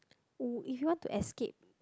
oh if you want to escape